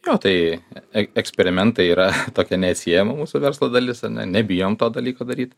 jo tai ek eksperimentai yra tokia neatsiejama mūsų verslo dalis ar ne nebijom to dalyko daryt